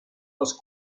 las